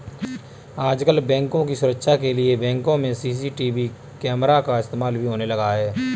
आजकल बैंकों की सुरक्षा के लिए बैंकों में सी.सी.टी.वी कैमरा का इस्तेमाल भी होने लगा है